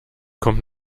kommt